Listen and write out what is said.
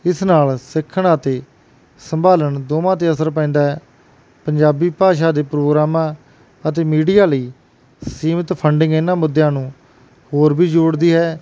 ਇਸ ਨਾਲ ਸਿੱਖਣ ਅਤੇ ਸੰਭਾਲਣ ਦੋਵਾਂ 'ਤੇ ਅਸਰ ਪੈਂਦਾ ਹੈ ਪੰਜਾਬੀ ਭਾਸ਼ਾ ਦੇ ਪ੍ਰੋਗਰਾਮਾਂ ਅਤੇ ਮੀਡੀਆ ਲਈ ਸੀਮਤ ਫੰਡਿੰਗ ਇਹਨਾਂ ਮੁੱਦਿਆਂ ਨੂੰ ਹੋਰ ਵੀ ਜੋੜਦੀ ਹੈ